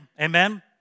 Amen